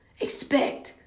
Expect